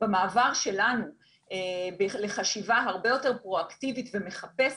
במעבר שלנו לחשיבה הרבה יותר פרואקטיבית ומחפשת,